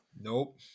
Nope